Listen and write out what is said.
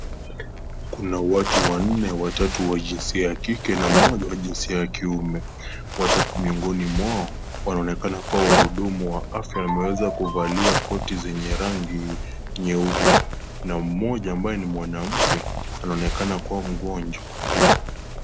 Kuna watu wanne watatu wa jinsia ya kike na mmoja wa jinsia ya kiume. Watatu miongoni mwao wanaonekana kuwa wahudumu wa afya wameweza kuvalia koti zenye rangi nyeupe na mmoja ambaye ni mwanamke anaonekana kuwa mgonjwa.